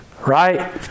Right